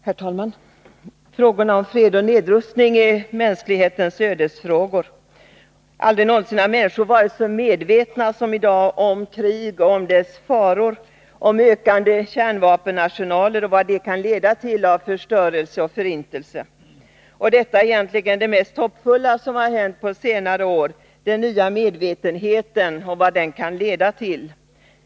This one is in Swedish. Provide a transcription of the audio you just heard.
Herr talman! Frågorna om fred och nedrustning är mänsklighetens ödesfrågor. Aldrig någonsin har människor varit så medvetna som i dag om krig och dess faror, om ökande kärnvapenarsenaler och vad det kan leda till av förstörelse och förintelse. Detta är egentligen det mest hoppfulla som har hänt på senare år — den nya medvetenheten och vad den kan leda till.